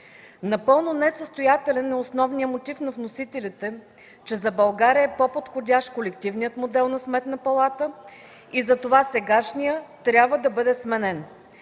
Напълно несъстоятелен е основният мотив на вносителите, че за България е по-подходящ колективният модел на Сметна палата и затова сегашният трябва да бъде сменен.